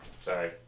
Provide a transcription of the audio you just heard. Sorry